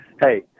Hey